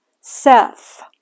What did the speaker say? seth